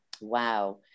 Wow